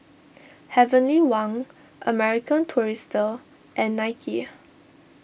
Heavenly Wang American Tourister and Nike